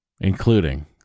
including